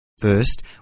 First